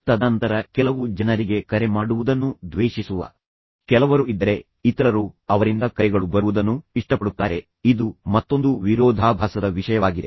ತದನಂತರ ಕೆಲವು ಜನರಿಗೆ ಕರೆ ಮಾಡುವುದನ್ನು ದ್ವೇಷಿಸುವ ಕೆಲವರು ಇದ್ದರೆ ಇತರರು ಅವರಿಂದ ಕರೆಗಳು ಬರುವುದನ್ನು ಇಷ್ಟಪಡುತ್ತಾರೆ ಇದು ಮತ್ತೊಂದು ವಿರೋಧಾಭಾಸದ ವಿಷಯವಾಗಿದೆ